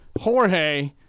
Jorge